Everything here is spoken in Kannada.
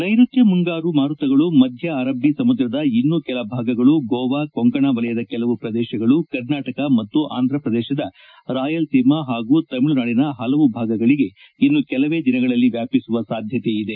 ನೈರುತ್ತ ಮುಂಗಾರು ಮಾರುತಗಳು ಮಧ್ಯ ಆರಬ್ಬ ಸಮುದ್ರದ ಇನ್ನೂ ಕೆಲ ಭಾಗಗಳು ಗೋವಾ ಕೊಂಕಣ ವಲಯದ ಕೆಲವು ಪ್ರದೇಶಗಳು ಕರ್ನಾಟಕ ಮತ್ತು ಅಂಧ್ರಪ್ರದೇಶದ ರಾಯಲ್ಸೀಮಾ ಹಾಗೂ ತಮಿಳುನಾಡಿನ ಹಲವು ಭಾಗಗಳಿಗೆ ಇನ್ನು ಕೆಲವೇ ದಿನಗಳಲ್ಲಿ ವ್ಯಾಪಿಸುವ ಸಾಧ್ಯತೆ ಇದೆ